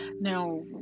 Now